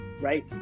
right